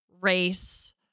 race